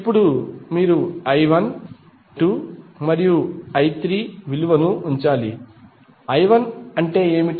ఇప్పుడు మీరు I1 I2 మరియు I3 విలువను ఉంచాలి I1అంటే ఏమిటి